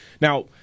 Now